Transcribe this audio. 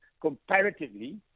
comparatively